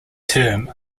term